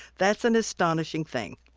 that's an astonishing thing